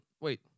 Wait